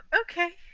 okay